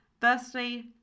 Firstly